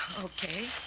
Okay